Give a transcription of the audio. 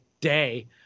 day